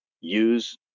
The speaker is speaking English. use